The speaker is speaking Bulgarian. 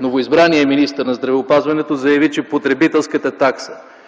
новоизбраният министър на здравеопазването заяви, че потребителската такса,